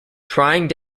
trying